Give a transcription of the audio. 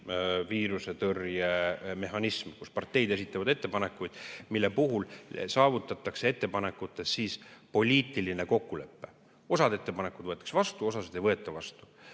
viirusetõrje mehhanism. Parteid esitavad ettepanekuid, mille puhul saavutatakse poliitiline kokkulepe: osa ettepanekuid võetakse vastu, osa ei võeta vastu.